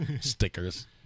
stickers